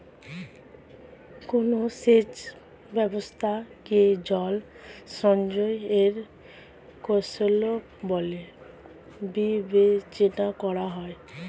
কোন সেচ ব্যবস্থা কে জল সঞ্চয় এর কৌশল বলে বিবেচনা করা হয়?